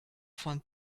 von